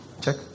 Check